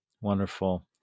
Wonderful